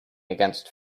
against